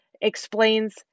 explains